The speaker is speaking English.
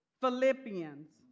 Philippians